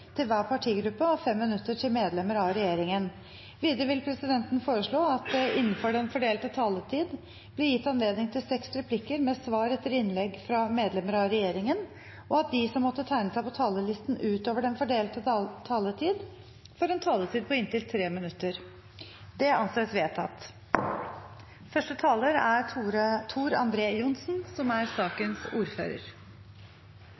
til hver partigruppe og 5 minutter til medlemmer av regjeringen. Videre vil presidenten foreslå at det – innenfor den fordelte taletid – blir gitt anledning til fem replikker med svar etter innlegg fra medlemmer av regjeringen, og at de som måtte tegne seg på talerlisten utover den fordelte taletid, får en taletid på inntil 3 minutter. – Det anses vedtatt. Dette er også et lovforslag det er